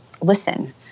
listen